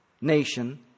nation